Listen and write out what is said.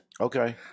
Okay